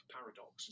Paradox